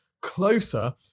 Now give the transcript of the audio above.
closer